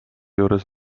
juures